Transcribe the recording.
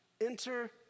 Enter